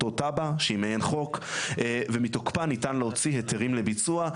אותו תב"ע שהיא מעין חוק ומתוקפה ניתן להוציא היתרים לביצוע,